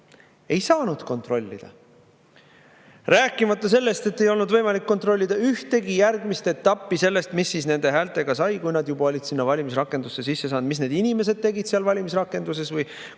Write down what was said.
Ei saanud kontrollida. Rääkimata sellest, et ei olnud võimalik kontrollida ühtegi järgmist etappi sellest, mis nende häältega sai, kui [inimesed] olid sinna valimisrakendusse sisse saanud, mis need inimesed seal valimisrakenduses tegid